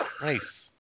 Nice